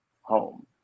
home